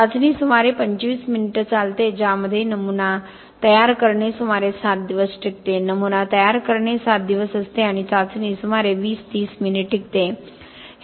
चाचणी सुमारे 25 मिनिटे चालते ज्यामध्ये नमुना तयार करणे सुमारे 7 दिवस टिकते नमुना तयार करणे 7 दिवस असते आणि चाचणी सुमारे 20 30 मिनिटे टिकते